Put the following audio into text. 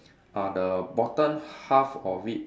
uh the bottom half of it